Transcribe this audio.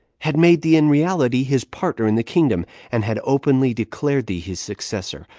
had made thee in reality his partner in the kingdom, and had openly declared thee his successor,